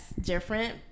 different